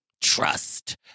trust